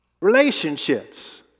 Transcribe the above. relationships